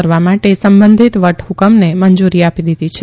કરવા માટે સંબંધિત વટહ્કમને મંજૂરી આપી દીધી છે